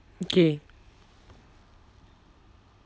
okay